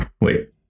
Wait